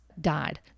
died